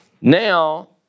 Now